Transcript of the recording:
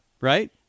Right